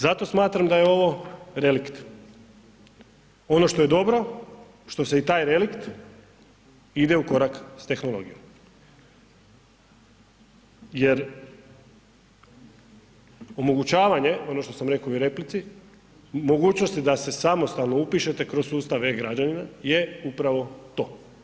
Zato smatram da je ovo relikt, ono što je dobro, što se i taj relikt ide u korak s tehnologijom jer omogućavanje, ono što sam reko i u replici, mogućnosti da se samostalno upišete kroz sustav e-građanina je upravo to.